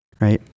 Right